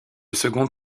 second